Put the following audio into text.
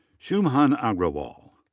shubham agrawal.